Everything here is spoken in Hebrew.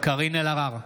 קארין אלהרר,